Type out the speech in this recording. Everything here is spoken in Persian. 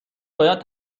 باید